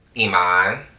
Iman